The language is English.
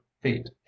feet